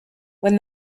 when